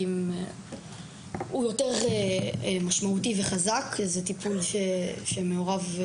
הוא יותר משמעותי וחזק, זה טיפול שמעורב,